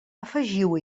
afegiu